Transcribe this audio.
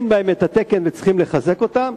הם לא על-פי התקן וצריך לחזק אותם,